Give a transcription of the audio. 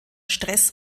stress